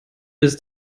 ist